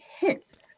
hips